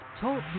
Talk